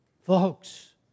Folks